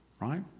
right